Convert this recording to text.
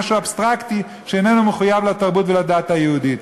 משהו אבסטרקטי שאינו מחויב לתרבות ולדת היהודית.